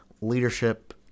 leadership